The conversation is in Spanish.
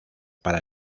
para